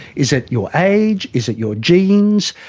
is it your age, is it your genes,